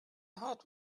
heart